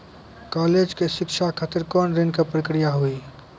College के शिक्षा खातिर कौन ऋण के प्रक्रिया हुई?